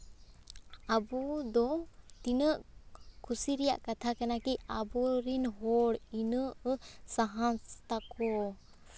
ᱟᱵᱚ ᱫᱚ ᱛᱤᱱᱟᱹᱜ ᱠᱩᱥᱤ ᱨᱮᱭᱟᱜ ᱠᱟᱛᱷᱟ ᱠᱟᱱᱟ ᱠᱤ ᱟᱵᱚᱨᱤᱱ ᱦᱚᱲ ᱤᱱᱟᱹᱜ ᱥᱟᱦᱚᱥ ᱛᱟᱠᱚ